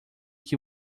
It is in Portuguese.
que